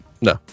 No